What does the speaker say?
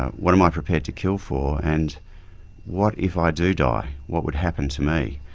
what am i prepared to kill for and what if i do die, what would happen to me?